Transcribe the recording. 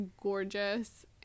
gorgeous